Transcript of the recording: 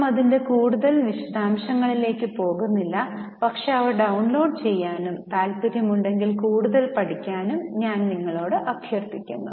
നാം അതിന്റെ കൂടുതൽ വിശദാംശങ്ങളിലേക്ക് പോകുന്നില്ല പക്ഷേ അവ ഡൌൺലോഡ് ചെയ്യാനും താല്പര്യമുണ്ടെങ്കിൽ കൂടുതൽ പഠിക്കാനും ഞാൻ നിങ്ങളോട് അഭ്യർത്ഥിക്കുന്നു